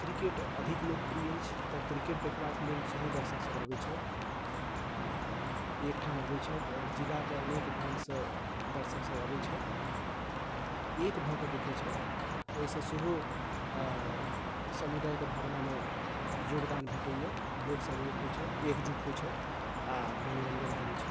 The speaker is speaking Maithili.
क्रिकेट अधिक लोकप्रिय अछि तऽ क्रिकेट देखबाक लेल सेहो दर्शकसभ अबैत छथि आ एकठाम अबैत छथि जिलाके अनेक गामसँ दर्शकसभ अबैत छथि आ एक भऽ कऽ देखैत छथि ओहिसँ सेहो समुदायके भावनामे योगदान भेटैए लोकसभ एक होइत छथि एकजुट होइत छथि आ मनोरञ्जन करैत छथि